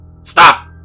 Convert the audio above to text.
Stop